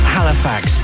Halifax